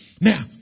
Now